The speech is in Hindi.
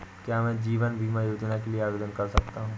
क्या मैं जीवन बीमा योजना के लिए आवेदन कर सकता हूँ?